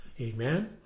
Amen